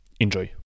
Enjoy